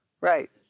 Right